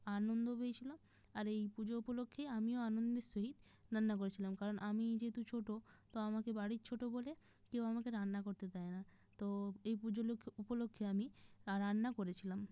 আনন্দ পেয়েছিল আর এই পুজো উপলক্ষে আমিও আনন্দের সহিত রান্না করেছিলাম কারণ আমি যেহেতু ছোট তো আমাকে বাড়ির ছোট বলে কেউ আমাকে রান্না করতে দেয় না তো এই পুজো উপলক্ষে আমি রান্না করেছিলাম